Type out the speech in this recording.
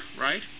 right